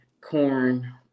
corn